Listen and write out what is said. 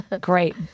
great